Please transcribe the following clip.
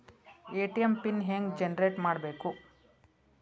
ATM PIN ಹೆಂಗ್ generate ಮಾಡಬೇಕು?